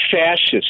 fascists